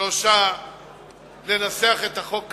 שלושה שבועות לנסח את החוק כראוי,